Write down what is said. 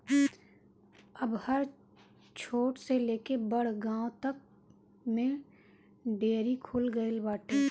अब हर छोट से लेके बड़ गांव तक में डेयरी खुल गईल बाटे